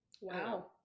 Wow